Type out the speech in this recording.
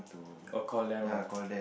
oh ah